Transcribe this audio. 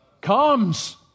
comes